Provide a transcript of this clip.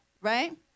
right